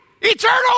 eternal